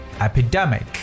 Epidemic